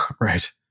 Right